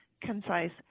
concise